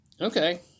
Okay